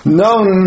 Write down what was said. known